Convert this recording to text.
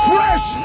Fresh